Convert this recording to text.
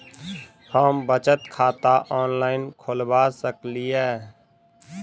हम बचत खाता ऑनलाइन खोलबा सकलिये?